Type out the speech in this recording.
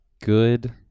good